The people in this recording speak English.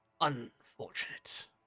unfortunate